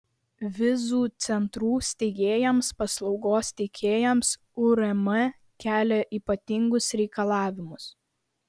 vizų centrų steigėjams paslaugos teikėjams urm kelia ypatingus reikalavimus